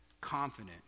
confident